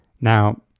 now